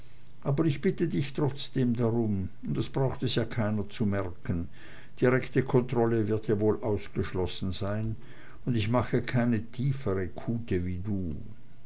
aber ich bitte dich trotzdem darum und es braucht es ja auch keiner zu merken direkte kontrolle wird ja wohl ausgeschlossen sein und ich mache keine tiefere kute wie du